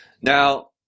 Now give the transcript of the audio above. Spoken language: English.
Now